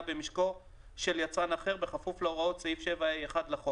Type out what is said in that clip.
במשקו של יצרן אחר בכפוף להוראות סעיף 7(ה)(1) לחוק,